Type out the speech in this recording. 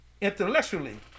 intellectually